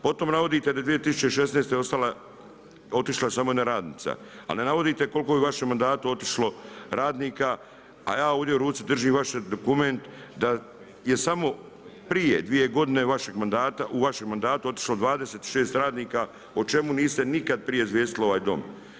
Potom navodite da je 2016. otišla samo jedna radnica, a ne navodite koliko je u vašem mandatu otišlo radnika, a ja ovdje u ruci držim vaš dokument da je samo prije dvije godine vašeg mandata u vašem mandatu otišlo 26 radnika o čemu niste nikada prije izvijestili ovaj Dom.